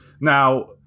Now